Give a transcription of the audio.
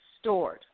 stored